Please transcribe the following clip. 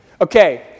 Okay